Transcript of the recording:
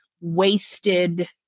wasted